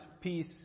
peace